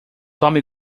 tome